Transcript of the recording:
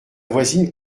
voisine